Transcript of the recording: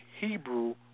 Hebrew